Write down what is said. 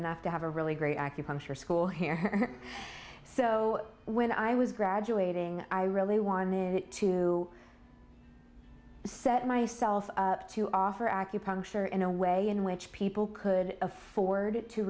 enough to have a really great acupuncture school here so when i was graduating i really wanted to set myself up to offer acupuncture in a way in which people could afford it to